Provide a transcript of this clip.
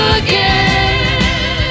again